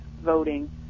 voting